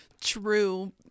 true